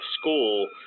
school